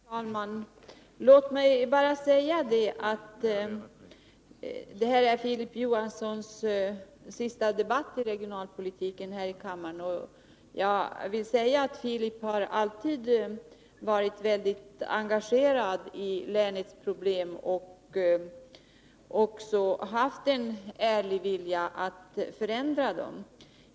Herr talman! Låt mig bara säga att denna debatt om regionalpolitiken är Filip Johanssons sista debatt här i kammaren. Jag vill understryka att Filip Johansson alltid har varit väldigt engagerad i sitt läns problem. Han har också haft en ärlig vilja att få till stånd förändringar.